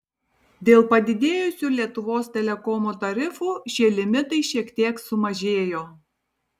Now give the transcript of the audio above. dėl padidėjusių lietuvos telekomo tarifų šie limitai šiek tiek sumažėjo